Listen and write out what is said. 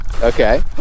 Okay